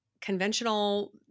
conventional